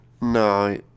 No